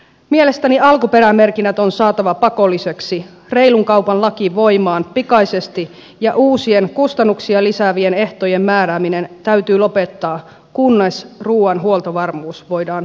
mielestäni alkuperämerkinnät on saatava pakollisiksi reilun kaupan laki voimaan pikaisesti ja uusien kustannuksia lisäävien ehtojen määrääminen täytyy lopettaa kunnes ruuan huoltovarmuus voidaan saada turvattua